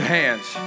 hands